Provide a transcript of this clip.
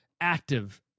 active